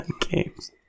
games